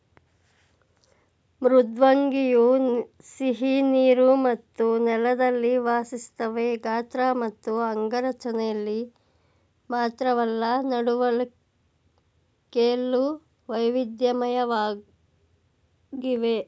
ಮೃದ್ವಂಗಿಯು ಸಿಹಿನೀರು ಮತ್ತು ನೆಲದಲ್ಲಿ ವಾಸಿಸ್ತವೆ ಗಾತ್ರ ಮತ್ತು ಅಂಗರಚನೆಲಿ ಮಾತ್ರವಲ್ಲ ನಡವಳಿಕೆಲು ವೈವಿಧ್ಯಮಯವಾಗಿವೆ